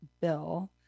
bill